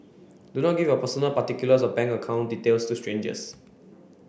do not give your personal particulars or bank account details to strangers